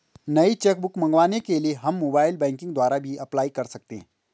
नई cheque book मंगवाने के लिए हम मोबाइल बैंकिंग द्वारा भी अप्लाई कर सकते है